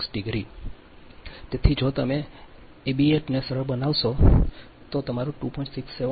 6° તેથી જો તમે ઇબિથટને સરળ બનાવશો તો તમારું 2